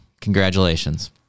Congratulations